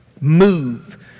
move